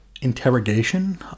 interrogation